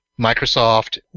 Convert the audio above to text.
Microsoft